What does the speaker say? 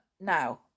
Now